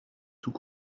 tout